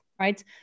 right